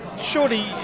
surely